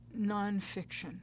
nonfiction